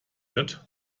wird